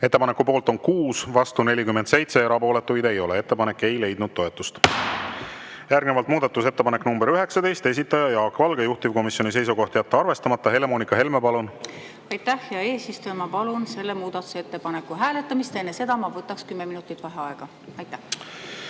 Ettepaneku poolt on 6, vastu 47, erapooletuid ei ole. Ettepanek ei leidnud toetust. Järgnevalt muudatusettepanek nr 19, esitaja Jaak Valge, juhtivkomisjoni seisukoht on jätta arvestamata. Helle-Moonika Helme, palun! Aitäh, hea eesistuja! Ma palun selle muudatusettepaneku hääletamist ja enne seda ma võtaks kümme minutit vaheaega. Aitäh!